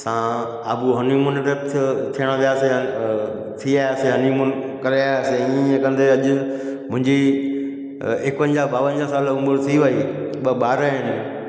असां आबू हनीमून ते थियण विया से थी आहियासीं हनीमून करे आहियांसीं ईअं कंदे अॼु मुंहिजी एकवंजाहु ॿावंजाहु साल उमिरि थी वई ॿ ॿार आहिनि